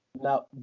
Now